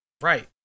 Right